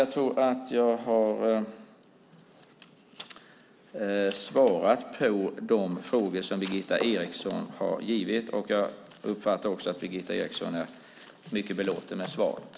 Jag tror att jag ha svarat på de frågor som Birgitta Eriksson har ställt. Jag uppfattar också att Birgitta Eriksson är mycket belåten med svaret.